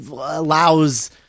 allows